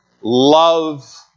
love